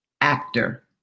actor